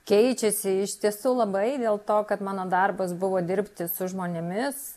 keičiasi iš tiesų labai dėl to kad mano darbas buvo dirbti su žmonėmis